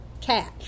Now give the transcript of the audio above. cat